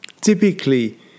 Typically